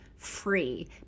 Free